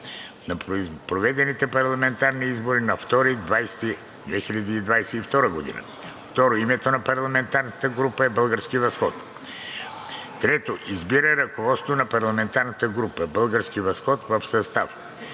на проведените парламентарни избори на 2 октомври 2022 г. 2. Името на парламентарната група е „Български възход“. 3. Избира ръководство на парламентарната група „Български възход“ в състав: